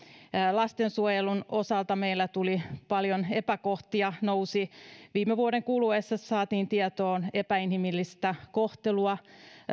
lastensuojelun osalta meillä paljon epäkohtia nousi viime vuoden kuluessa kun saatiin tietoon epäinhimillistä kohtelua